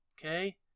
okay